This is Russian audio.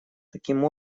таким